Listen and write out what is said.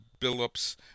Billups